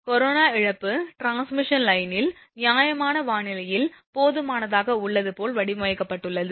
corona இழப்பு transmission லைனில் நியாயமான வானிலையில் போதுமானதாக உள்ளதுபோல் வடிவமைக்கப்பட்டுள்ளது